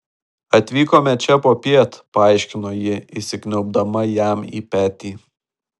atvykome čia popiet paaiškino ji įsikniaubdama jam į petį